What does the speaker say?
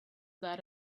that